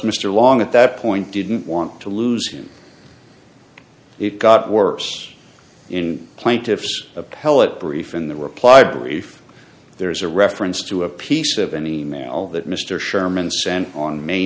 mr long at that point didn't want to lose and it got worse in plaintiff's appellate brief in the reply brief there is a reference to a piece of an e mail that mr sherman sent on may